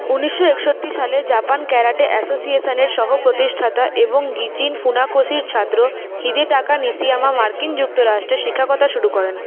উনিশশো একষট্টি সালে জাপান ক্যারাটে অ্যাসোসিয়েশানের সহ প্রতিষ্ঠাতা এবং গিচিন ফুনাকোশির ছাত্র হিজিটাকা নিশিয়ামা মার্কিন যুক্তরাষ্ট্রে শিক্ষাকতা শুরু করেন